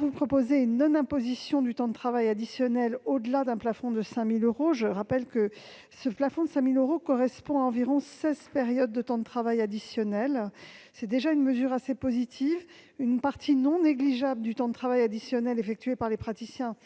vous proposez une non-imposition du temps de travail additionnel au-delà d'un plafond de 5 000 euros. Ce plafond correspond à environ seize périodes de temps de travail additionnel. C'est donc une mesure assez positive, car une partie non négligeable du temps de travail additionnel effectué par les praticiens